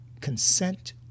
consent